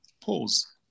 Pause